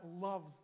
loves